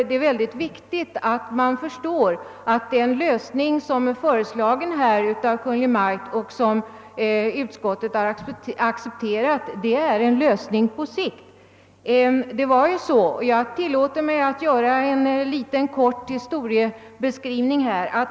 Det är mycket viktigt att man förstår att den lösning som föreslagits av Kungl. Maj:t och som utskottet har accepterat är en lösning på längre sikt. Jag tillåter mig att göra en liten kort historieskrivning.